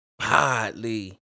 Hardly